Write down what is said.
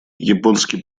японский